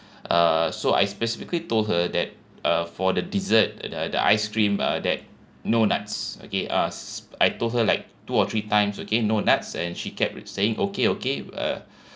uh so I specifically told her that uh for the dessert uh the uh the ice cream uh that no nuts okay uh I told her like two or three times again no nuts and she kept saying okay okay uh